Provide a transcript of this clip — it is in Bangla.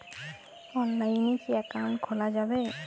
অনলাইনে কি অ্যাকাউন্ট খোলা যাবে?